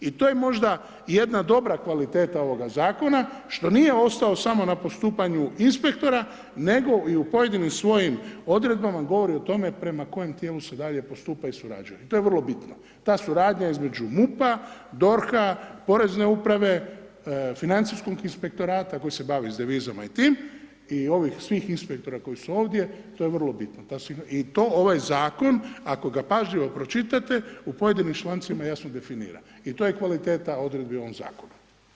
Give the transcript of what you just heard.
I to je možda jedna dobra kvaliteta ovoga zakona što nije ostao samo na postupanju inspektora nego i u pojedinim svojim odredbama govori o tome prema kojem tijelu se dalje postupa i surađuje i to je vrlo bitno, ta suradnja između MUP-a, DORH-a, Porezne uprave, financijskog inspektorata koji se bavi sa devizama i tim i ovih svih inspektora koji su ovdje, to je vrlo bitno i to ovaj zakon, ako ga pažljivo pročitate u pojedinim člancima, jasno definira i to je kvaliteta odredbi u ovom zakonu.